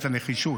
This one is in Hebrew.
את הנחישות,